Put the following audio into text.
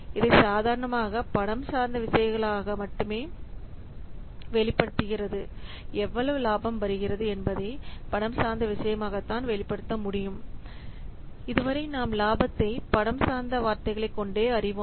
இதை சாதாரணமாக பணம் சார்ந்த விஷயங்களாக வெளிப்படுத்தப்படுகிறது எவ்வளவு லாபம் வருகிறது என்பதை பணம் சார்ந்த விஷயமாகத்தான் வெளிப்படுத்த முடியும் இதுவரை நாம் இலாபத்தை பணம் சார்ந்த வார்த்தைகளை கொண்டே அறிவோம்